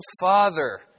father